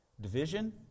division